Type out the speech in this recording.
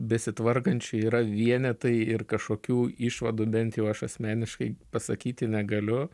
besitvarkančių yra vienetai ir kažkokių išvadų bent jau aš asmeniškai pasakyti negaliu